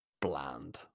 bland